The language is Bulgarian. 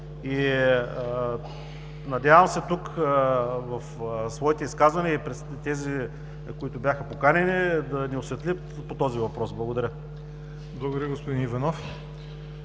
Надявам се тук в своите изказвания и пред тези, които бяха поканени да ни осветлят по този въпрос. Благодаря.